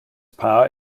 power